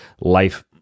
life